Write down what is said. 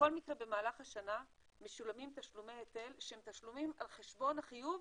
בכל מקרה במהלך השנה משולמים תשלומי היטל שהם תשלומים על חשבון החיוב